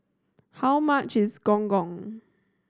how much is Gong Gong